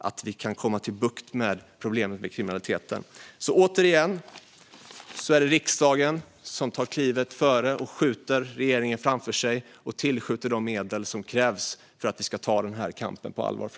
Vi kan nu få bukt med problemet med kriminaliteten. Fru talman! Återigen är det riksdagen som tar klivet före och skjuter regeringen framför sig genom att tillskjuta de medel som krävs för att ta kampen på allvar.